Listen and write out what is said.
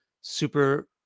super